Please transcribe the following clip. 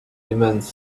immense